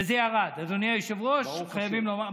זה ירד, אדוני היושב-ראש, חייבים לומר.